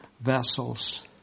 vessels